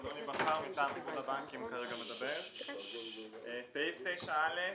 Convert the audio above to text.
סעיף 9(א)